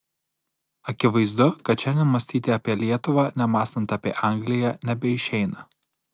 akivaizdu kad šiandien mąstyti apie lietuvą nemąstant apie angliją nebeišeina